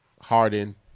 Harden